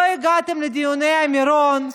לא הגעתם לדיוני הר מירון,